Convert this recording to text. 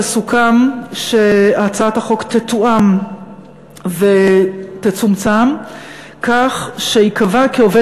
אבל סוכם שהצעת החוק תתואם ותצומצם כך שייקבע כי עובד